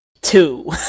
Two